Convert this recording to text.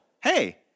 Hey